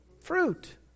Fruit